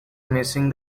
missing